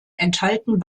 enthalten